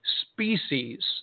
species